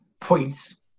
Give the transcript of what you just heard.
points